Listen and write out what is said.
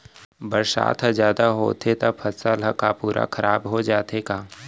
बरसात ह जादा होथे त फसल ह का पूरा खराब हो जाथे का?